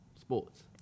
Sports